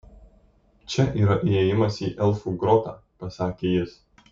čia yra įėjimas į elfų grotą pasakė jis